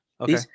Okay